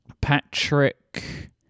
Patrick